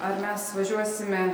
ar mes važiuosime